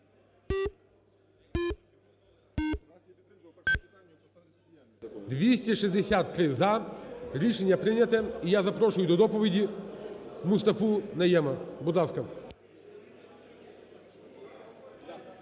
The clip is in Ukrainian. За-263 Рішення прийняте. І я запрошую до доповіді Мустафу Найєма. Будь ласка.